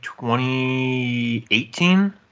2018